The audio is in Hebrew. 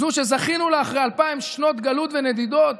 זו שזכינו לה אחרי אלפיים שנות גלות ונדידות,